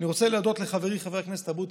אני רוצה להודות לחברי חבר הכנסת אבוטבול,